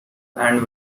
and